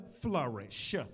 flourish